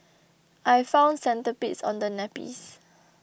I found centipedes on the nappies